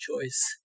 choice